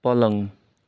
पलङ